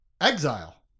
Exile